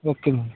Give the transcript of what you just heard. okay ma'am